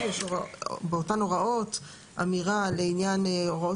אם יש באותן הוראות אמירה לעניין הוראות